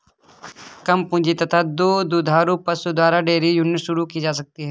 कम पूंजी तथा दो दुधारू पशु द्वारा डेयरी यूनिट शुरू की जा सकती है